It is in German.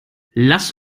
lass